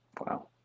wow